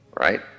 Right